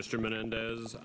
mr menendez